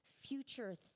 future